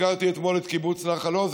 הזכרתי אתמול את קיבוץ נחל עוז,